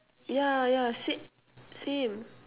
yeah yeah sa~ same